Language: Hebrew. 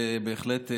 בהחלט,